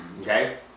okay